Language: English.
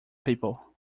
people